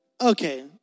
okay